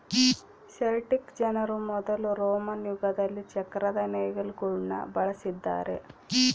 Celtic ಜನರು ಮೊದಲು Roman ಯುಗದಲ್ಲಿ ಚಕ್ರದ ನೇಗಿಲುಗುಳ್ನ ಬಳಸಿದ್ದಾರೆ